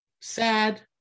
sad